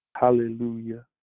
Hallelujah